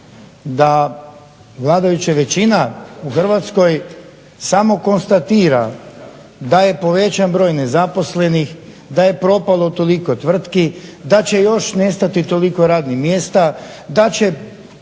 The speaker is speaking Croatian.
da vladajuća većina u Hrvatskoj samo konstatira da je povećan broj nezaposlenih, da je propalo toliko tvrtki, da će još nestati toliko radnih mjesta, da će